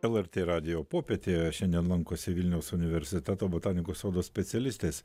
lrt radijo popietė šiandien lankosi vilniaus universiteto botanikos sodo specialistės